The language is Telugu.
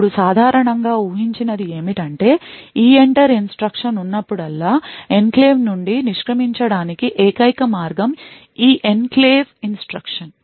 ఇప్పుడు సాధారణంగా ఊహించి నది ఏమిటంటే EENTER ఇన్స్ట్రక్షన్ ఉన్నప్పుడల్లా ఎన్క్లేవ్ నుండి నిష్క్రమించడానికి ఏకైక మార్గం ఈ ఎన్క్లేవ్ ఇన్స్ట్రక్షన్